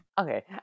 Okay